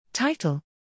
Title